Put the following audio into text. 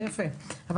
זה יפה.